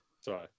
Sorry